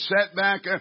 setback